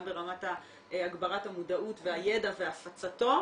גם ברמת הגברת המודעות והידע והפצתו,